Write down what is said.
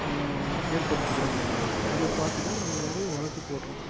ஏற்படுத்திகிறோம் அதை பார்த்துதான் நம்ம வந்து வழக்கு போடுறோம்